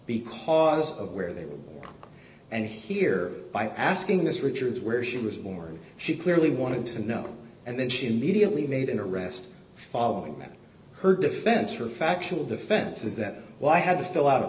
because d of where they were and here by asking this richards where she was more she clearly wanted to know and then she immediately made an arrest following her defense or factional defense is that while i had to fill out a